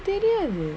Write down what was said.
தெரியாது:theriathu